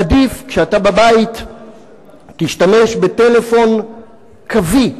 עדיף שכשאתה בבית תשתמש בטלפון קווי,